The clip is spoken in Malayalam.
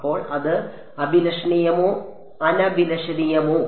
അപ്പോൾ അത് അഭിലഷണീയമോ അനഭിലഷണീയമോ